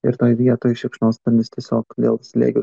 ir toj vietoj šikšnosparnis tiesiog dėl slėgių